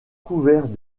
couvert